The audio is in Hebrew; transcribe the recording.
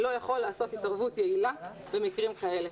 לא יכול לעשות התערבות יעילה במקרים כאלה.